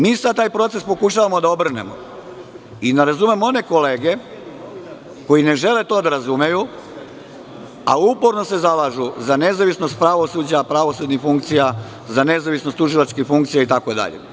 Mi sada taj proces pokušavamo da obrnemo i ne razumem one kolege koji ne žele to da razumeju, a uporno se zalažu za nezavisnost pravosuđa, pravosudnih funkcija, za nezavisnost tužilačke funkcije itd.